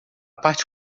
parte